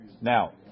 Now